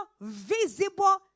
visible